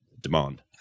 demand